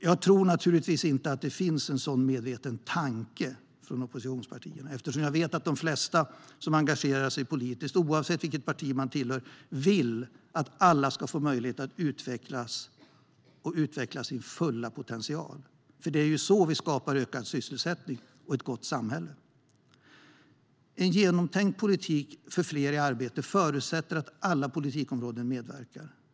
Jag tror givetvis inte att det finns en sådan medveten tanke från oppositionspartierna eftersom jag vet att de flesta som engagerar sig politiskt, oavsett vilket parti man tillhör, vill att alla ska få möjlighet att utveckla sin fulla potential. Det är ju så vi skapar ökad sysselsättning och ett gott samhälle. En genomtänkt politik för fler i arbete förutsätter att alla politikområden medverkar.